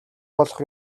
болох